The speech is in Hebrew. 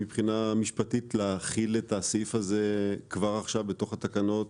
להחיל את הסעיף הזה בתוך התקנות